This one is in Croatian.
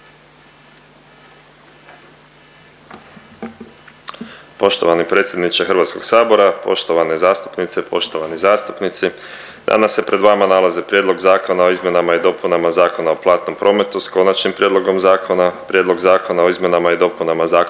Poštovani predsjedniče Hrvatskog sabora, poštovane zastupnice, poštovani zastupnici. Danas se pred vama nalaze Prijedlog zakona o izmjenama i dopunama Zakona o platnom prometu s konačnim prijedlogom zakona, Prijedlog zakona o izmjenama i dopunama Zakona